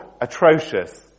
atrocious